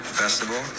festival